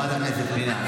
חברת הכנסת פנינה,